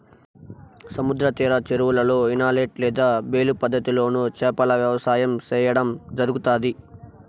సముద్ర తీర చెరువులలో, ఇనలేట్ లేదా బేలు పద్ధతి లోను చేపల వ్యవసాయం సేయడం జరుగుతాది